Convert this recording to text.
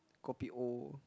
kopi O